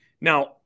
Now